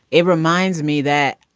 it reminds me that.